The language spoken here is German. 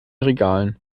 regalen